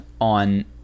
on